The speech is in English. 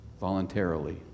voluntarily